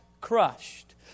crushed